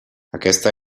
aquesta